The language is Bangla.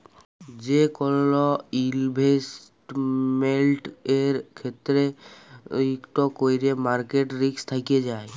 যে কল ইলভেসেটমেল্টের ক্ষেত্রে ইকট ক্যরে মার্কেট রিস্ক থ্যাকে যায়